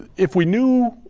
if we knew